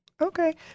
okay